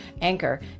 Anchor